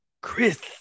Chris